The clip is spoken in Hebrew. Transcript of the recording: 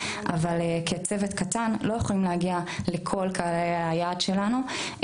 אבל כצוות קטן לא יכולים להגיע לכל קהלי היעד שלנו,